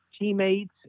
teammates